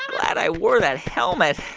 glad i wore that helmet.